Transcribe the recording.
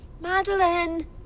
Madeline